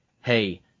hey